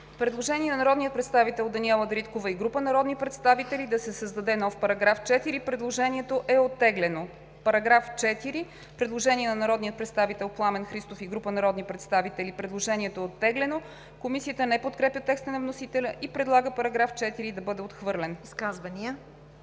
Предложение на народния представител Даниела Дариткова и група народни представители да се създаде нов § 4. Предложението е оттеглено. По § 4 има направено предложение от народния представител Пламен Христов и група народни представители. Предложението е оттеглено. Комисията не подкрепя текста на вносителя и предлага § 4 да бъде отхвърлен.